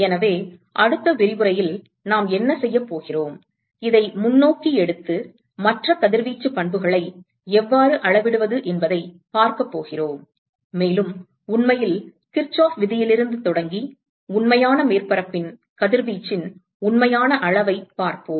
எனவே அடுத்த விரிவுரையில் நாம் என்ன செய்யப் போகிறோம் இதை முன்னோக்கி எடுத்து மற்ற கதிர்வீச்சு பண்புகளை எவ்வாறு அளவிடுவது என்பதைப் பார்க்கப் போகிறோம் மேலும் உண்மையில் கிர்ச்சோஃப் விதியிலிருந்து தொடங்கி உண்மையான மேற்பரப்பின் கதிர்வீச்சின் உண்மையான அளவைப் பார்ப்போம்